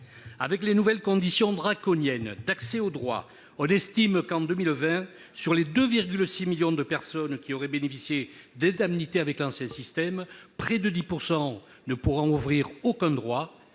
Avec les nouvelles conditions draconiennes d'accès aux droits, on estime que, en 2020, sur les 2,6 millions de personnes qui auraient bénéficié d'indemnités avec l'ancien système, près de 10 % ne pourront ouvrir aucun droit,